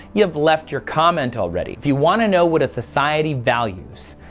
you have left your comment already. if you want to know what a society values,